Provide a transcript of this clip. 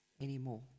anymore